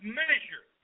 measure